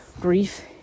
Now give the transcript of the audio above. grief